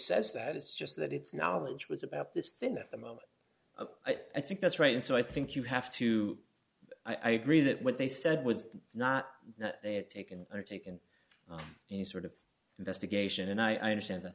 says that it's just that it's knowledge was about this thing at the moment i think that's right and so i think you have to i agree that what they said was not that they had taken or taken any sort of investigation and i understand th